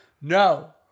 No